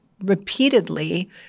repeatedly